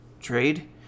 trade